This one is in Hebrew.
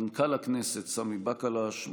מנכ"ל הכנסת סמי בקלש,